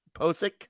Posick